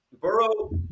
Burrow